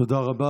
תודה רבה.